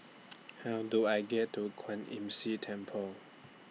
How Do I get to Kwan Imm See Temple